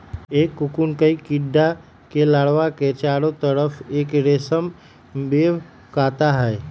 एक कोकून कई कीडड़ा के लार्वा के चारो तरफ़ एक रेशम वेब काता हई